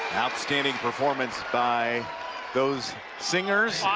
outstanding performance by those singers.